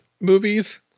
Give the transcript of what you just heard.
movies